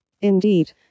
Indeed